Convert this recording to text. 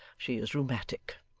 she is rheumatic.